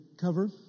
Cover